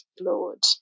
Lord